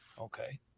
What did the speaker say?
okay